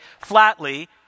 flatly